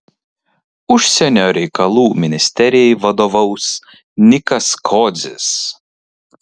užsienio reikalų ministerijai vadovaus nikas kodzis